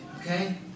okay